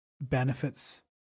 benefits